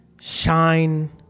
shine